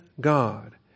God